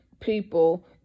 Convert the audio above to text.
people